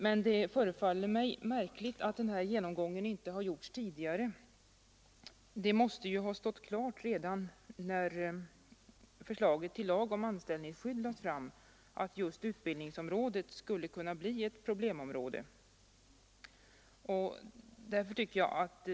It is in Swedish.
Men det förefaller mig märkligt att denna genomgång inte gjorts tidigare. Det måste ha stått klart redan när förslaget till lag om anställningsskydd lades fram att just utbildningsområdet skulle kunna bli ett problemområde.